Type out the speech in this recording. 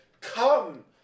come